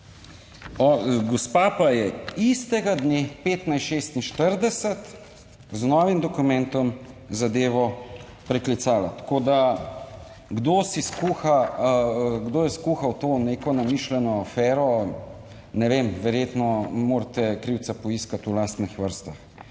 Gospa pa je istega dne 15:46 z novim dokumentom zadevo preklicala. Tako da, kdo si skuha, kdo je skuhal to neko namišljeno afero, ne vem, verjetno morate krivca poiskati v lastnih vrstah.